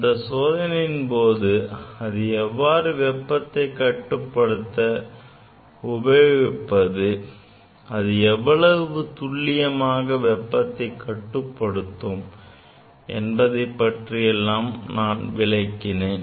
அந்த சோதனையின் போது அதை எவ்வாறு வெப்பத்தை கட்டுப்படுத்த உபயோகிப்பது அது எவ்வளவு துல்லியமாக வெப்பத்தை கட்டுப்படுத்தும் என்பது பற்றியும் நான் விளக்கினேன்